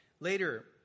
Later